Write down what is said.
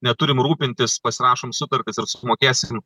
neturim rūpintis pasirašom sutartis ir sumokėsim